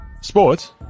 sports